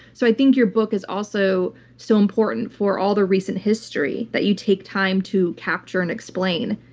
so i think your book is also so important for all the recent history that you take time to capture and explain.